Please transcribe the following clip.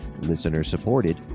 listener-supported